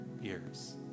years